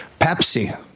pepsi